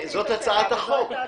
זאת הצעת החוק.